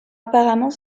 apparemment